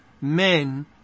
men